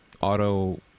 auto